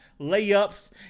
layups